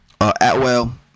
Atwell